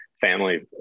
family